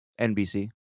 NBC